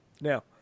Now